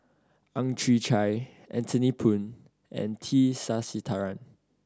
Ang Chwee Chai Anthony Poon and T Sasitharan